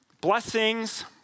blessings